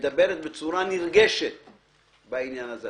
מדברת בצורה נרגשת בעניין הזה.